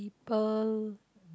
pearl